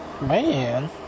Man